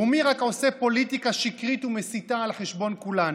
ומי רק עושה פוליטיקה שקרית ומסיתה על חשבון כולנו.